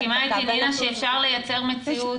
את מסכימה איתי, נינא, שאפשר לייצר מציאות?